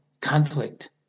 conflict